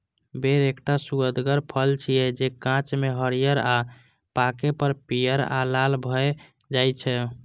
बेर एकटा सुअदगर फल छियै, जे कांच मे हरियर आ पाके पर पीयर आ लाल भए जाइ छै